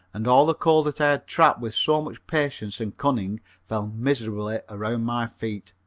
and all the coal that i had trapped with so much patience and cunning fell miserably around my feet,